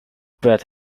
bet